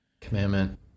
Commandment